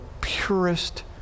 purest